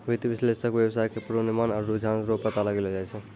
वित्तीय विश्लेषक वेवसाय के पूर्वानुमान आरु रुझान रो पता लगैलो जाय छै